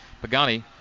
Pagani